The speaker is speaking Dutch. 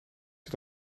zit